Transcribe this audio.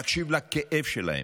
להקשיב לכאב שלהם.